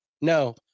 no